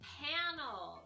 panel